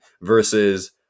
versus